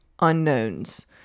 unknowns